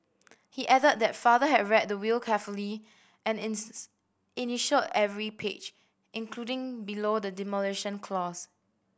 he added that father had read the will carefully and initialled every page including below the demolition clause